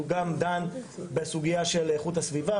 הוא גם דן בסוגיה של איכות הסביבה,